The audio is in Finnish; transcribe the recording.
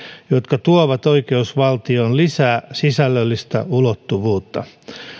jotka tuovat oikeusvaltioon lisää sisällöllistä ulottuvuutta